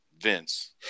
Vince